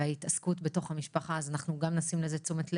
וההתעסקות בתוך המשפחה: אנחנו גם נשים לזה תשומת לב,